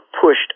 pushed